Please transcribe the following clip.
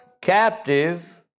captive